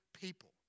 people